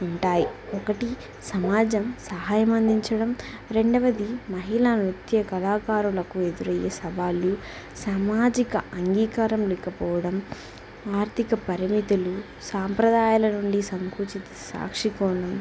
ఉంటాయి ఒకటి సమాజం సహాయం అందించడం రెండవది మహిళా నృత్య కళాకారులకు ఎదురయ్యే సవాళ్ళు సామాజిక అంగీకారం లేకపోవడం ఆర్థిక పరిమితులు సాంప్రదాయాల నుండి సంకూచిత సాక్షకోణం